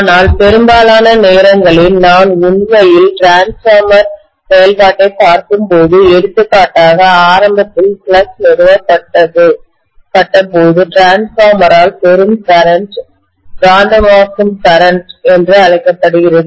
ஆனால் பெரும்பாலான நேரங்களில் நாம் உண்மையில் டிரான்ஸ்பார்மர்மின்மாற்றி செயல்பாட்டைப் பார்க்கும்போது எடுத்துக்காட்டாக ஆரம்பத்தில் ஃப்ளக்ஸ் நிறுவப்பட்டபோது டிரான்ஸ்பார்மர் ஆல் பெரும் கரண்ட் காந்தமாக்கும் மின்னோட்டம் கரண்ட் என்று அழைக்கப்படுகிறது